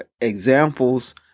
examples